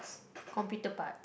computer parts